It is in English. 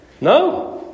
No